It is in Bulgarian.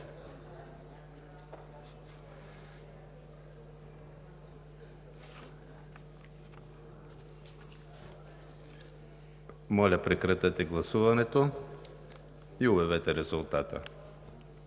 Прекратете гласуването и обявете резултата.